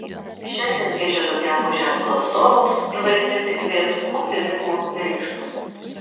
šiandien vėžio zodiako ženklo atstovams žvaigždės įkvėps optimizmo ir ryžto